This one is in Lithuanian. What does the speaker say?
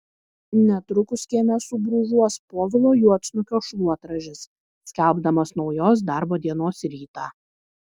netrukus kieme subrūžuos povilo juodsnukio šluotražis skelbdamas naujos darbo dienos rytą